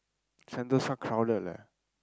Sentosa crowded leh